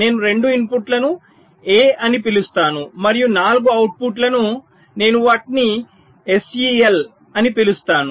నేను 2 ఇన్పుట్లను a అని పిలుస్తాను మరియు 4 అవుట్పుట్లను నేను వాటిని సెల్ అని పిలుస్తాను